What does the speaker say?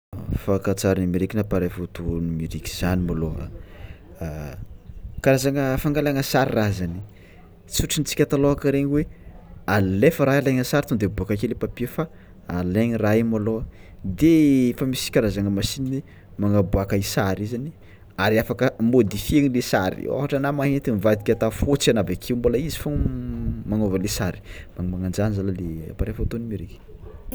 Fakantsary nomerika na appareil photo nomerika zany môlô karazagna fangalagna sary raha zany, tsy hotritsika talôka regny alefa raha alaigny sary de miboaka i sary araka môdifieny le sary, ôhatra ana mainty mivadika atao fôtsy anao bakeo mbola izy fôngna magnôva le sary mananzany zalah le appareil photo nomerika.